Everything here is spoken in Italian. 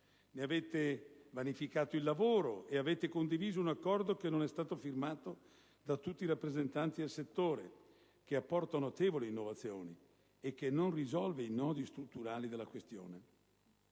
ne avete vanificato il lavoro ed avete condiviso un accordo che non è stato firmato da tutti i rappresentanti del settore, che apporta notevoli innovazioni e che non risolve i nodi strutturali della questione.